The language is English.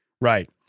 right